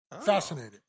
Fascinating